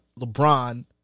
LeBron